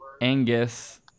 Angus